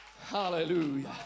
Hallelujah